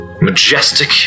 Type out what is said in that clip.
Majestic